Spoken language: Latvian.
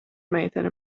meitene